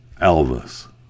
Elvis